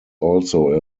also